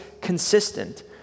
consistent